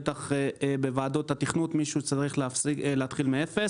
בטח בוועדות התכנון למי שצריך להתחיל מאפס